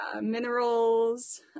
minerals